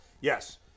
Yes